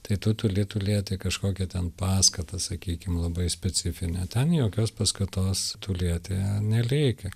tai tu turi turėti kažkokią ten paskatą sakykim labai specifinę ten jokios paskatos turėti nereikia